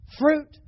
Fruit